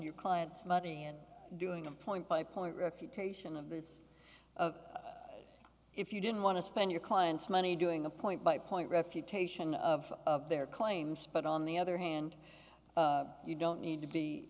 your client's money and doing a point by point refutation of these if you didn't want to spend your client's money doing a point by point refutation of their claims but on the other hand you don't need to be